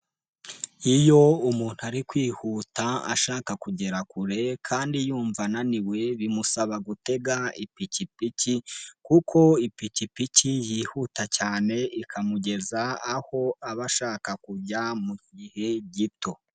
Iyo umuntu ari kwihuta ashaka kugera kure kandi yumva ananiwe bimusaba gutega ipikipiki kuko ipikipiki yihuta cyane ikamugeza aho aba ashaka kujya mu gihe gito.